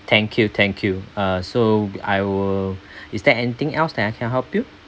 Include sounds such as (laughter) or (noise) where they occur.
thank you thank you uh so I will (breath) is there anything else that I can help you